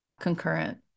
concurrent